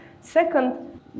second